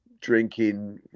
drinking